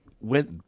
went